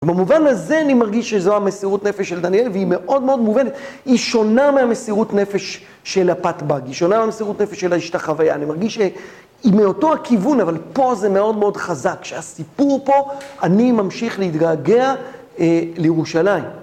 במובן הזה, אני מרגיש שזו המסירות נפש של דניאל, והיא מאוד מאוד מובנת. היא שונה מהמסירות נפש של הפטבג, היא שונה מהמסירות נפש של ההשתחוויה. אני מרגיש שהיא מאותו הכיוון, אבל פה זה מאוד מאוד חזק. שהסיפור פה, אני ממשיך להתגעגע לירושלים.